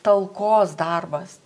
talkos darbas